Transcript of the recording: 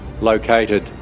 located